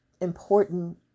important